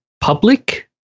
public